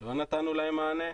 לא נתנו להם מענה.